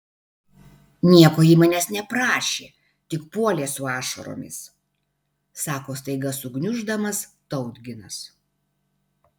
nieko ji manęs neprašė tik puolė su ašaromis sako staiga sugniuždamas tautginas